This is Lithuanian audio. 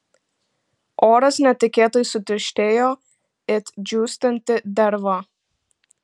oras netikėtai sutirštėjo it džiūstanti derva